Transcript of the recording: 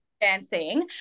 dancing